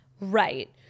Right